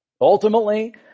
Ultimately